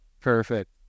perfect